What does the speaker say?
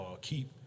keep